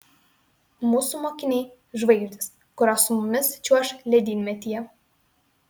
mūsų mokiniai žvaigždės kurios su mumis čiuoš ledynmetyje